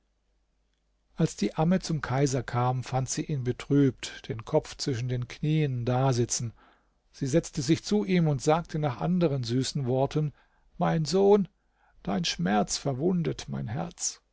als die amme zum kaiser kam fand sie ihn betrübt den kopf zwischen den knieen dasitzen sie setzte sich zu ihm und sagte nach anderen süßen worten mein sohn dein schmerz verwundet mein herz